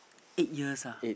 eight years ah